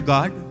God